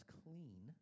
clean